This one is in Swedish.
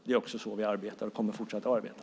Det är så vi arbetar och fortsatt kommer att arbeta.